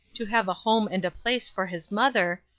to have a home and place for his mother,